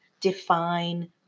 define